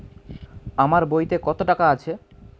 আমার বইতে কত টাকা আছে?